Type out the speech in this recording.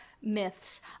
myths